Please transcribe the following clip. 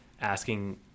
asking